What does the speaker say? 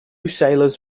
sailors